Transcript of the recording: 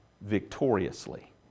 victoriously